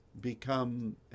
become